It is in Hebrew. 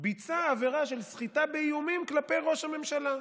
ביצע עבירה של סחיטה באיומים כלפי ראש הממשלה.